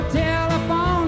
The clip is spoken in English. telephone